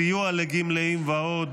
סיוע לגמלאים ועוד.